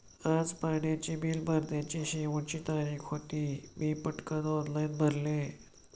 आज पाण्याचे बिल भरण्याची शेवटची तारीख होती, मी पटकन ऑनलाइन भरले